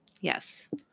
Yes